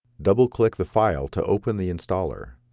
double-click the file to open the installer.